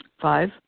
Five